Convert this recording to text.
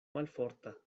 malforta